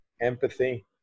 empathy